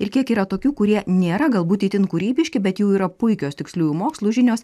ir kiek yra tokių kurie nėra galbūt itin kūrybiški bet jų yra puikios tiksliųjų mokslų žinios